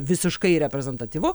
visiškai reprezentatyvu